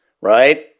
right